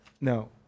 no